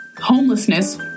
Homelessness